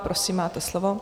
Prosím, máte slovo.